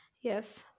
Yes